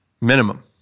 minimum